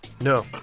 No